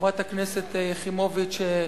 חברת הכנסת יחימוביץ,